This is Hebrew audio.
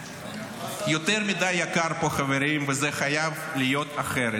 יותר מדי יקר פה, חברים, וזה חייב להיות אחרת.